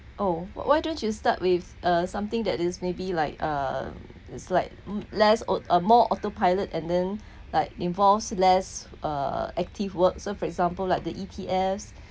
oh why don't you start with uh something that is maybe like uh it's like less uh more autopilot and then like involves less uh active work so for example like the E_T_F